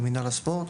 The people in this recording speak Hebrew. במינהל הספורט.